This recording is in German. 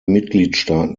mitgliedstaaten